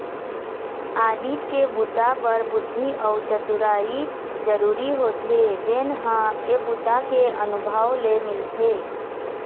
audit के बूता बर बुद्धि अउ चतुरई जरूरी होथे जेन ह ए बूता के अनुभव ले मिलथे